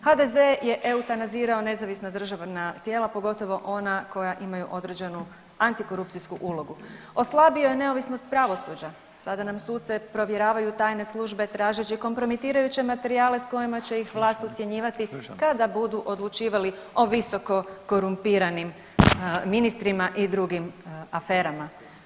HDZ je eutanazirao nezavisna državna tijela, pogotovo ona koja imaju određenu antikorupcijsku ulogu, oslabio je neovisnost pravosuđa, sada nam suce provjeravaju tajne službe tražeći kompromitirajuće materijale s kojima će ih vlast ucjenjivati kada budu odlučivali o visoko korumpiranim ministrima i drugim aferama.